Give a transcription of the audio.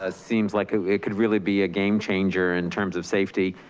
ah seems like ah it could really be a game changer in terms of safety,